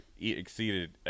exceeded